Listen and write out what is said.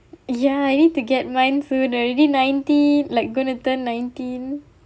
ya I need to get mine soon already nineteen like gonna turn nineteen